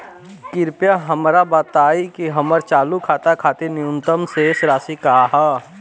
कृपया हमरा बताइं कि हमर चालू खाता खातिर न्यूनतम शेष राशि का ह